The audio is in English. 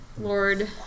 Lord